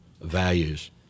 values